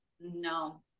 no